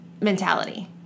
mentality